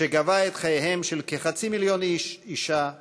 שגבה את חייהם של כחצי מיליון איש, אישה וילד.